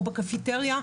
או בקפיטריה,